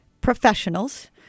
professionals